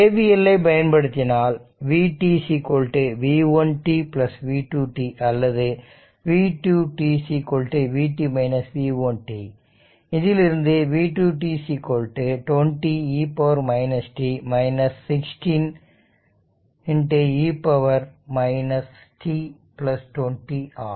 KVL ஐ பயன்படுத்தினால்vt v1 t v2 t அல்லது v2 t vt v1 t இதிலிருந்து v2 t 20e t 16e t 20 ஆகும்